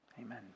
Amen